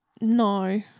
No